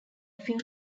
few